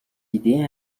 idées